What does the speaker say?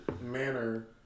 manner